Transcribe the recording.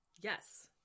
Yes